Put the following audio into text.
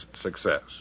success